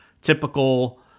typical